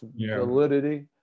validity